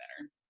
better